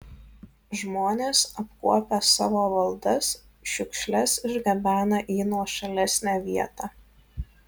žmonės apkuopę savo valdas šiukšles išgabena į nuošalesnę vietą